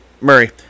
Murray